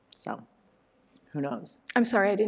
so who knows. i'm sorry, i didn't.